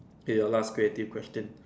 okay your last creative question